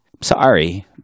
sorry